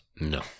No